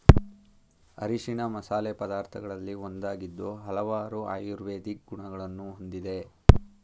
ಅರಿಶಿಣ ಮಸಾಲೆ ಪದಾರ್ಥಗಳಲ್ಲಿ ಒಂದಾಗಿದ್ದು ಹಲವಾರು ಆಯುರ್ವೇದಿಕ್ ಗುಣಗಳನ್ನು ಹೊಂದಿದೆ